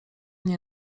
nie